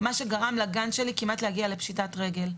מה שגרם לגן שלי כמעט להגיע לפשיטת רגל.